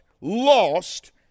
lost